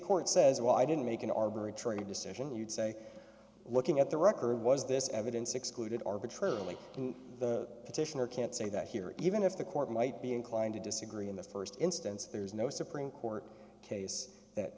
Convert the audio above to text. court says well i didn't make an arbitrary decision you'd say looking at the record was this evidence excluded arbitrarily the petitioner can't say that here even if the court might be inclined to disagree in the st instance there's no supreme court case that